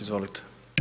Izvolite.